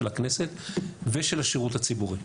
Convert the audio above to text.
של הכנסת ושל השירות הציבורי,